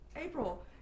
April